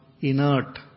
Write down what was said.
inert